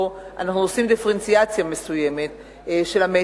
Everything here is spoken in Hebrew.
אנחנו עושים דיפרנציאציה של ה"מצ'ינג",